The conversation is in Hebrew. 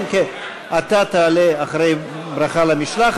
חברי הכנסת, אבקש לשבת.